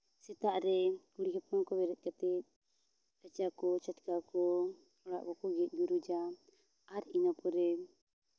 ᱥᱮᱛᱟᱜ ᱨᱮ ᱠᱩᱲᱤ ᱦᱚᱯᱚᱱ ᱠᱚ ᱵᱮᱨᱮᱫ ᱠᱟᱛᱮᱫ ᱨᱟᱪᱟ ᱠᱚ ᱪᱷᱟᱴᱠᱟ ᱠᱚ ᱚᱲᱟᱜ ᱠᱚᱠᱚ ᱜᱮᱡ ᱜᱩᱨᱤᱡᱟ ᱟᱨ ᱤᱱᱟᱹ ᱯᱚᱨᱮ